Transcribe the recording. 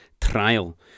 trial